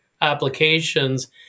applications